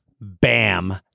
Bam